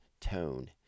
tone